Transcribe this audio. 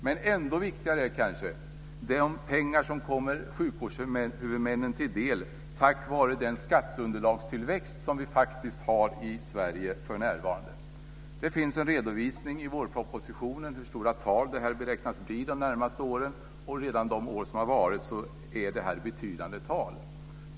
Men ännu viktigare är kanske de pengar som kommer sjukvårdshuvudmännen till del tack vare den skatteunderlagstillväxt som vi faktiskt för närvarande har i Sverige. Det finns en redovisning i vårpropositionen av hur stora talen beräknas bli under de närmaste åren. Och redan under de år som har varit är det fråga om betydande tal.